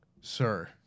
Sir